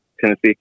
Tennessee